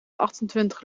achtentwintig